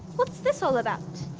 what's this all about?